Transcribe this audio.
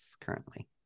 currently